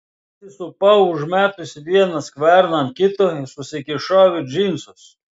susisupau užmetusi vieną skverną ant kito ir susikišau į džinsus